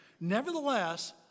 Nevertheless